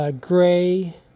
Gray